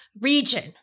region